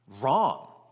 wrong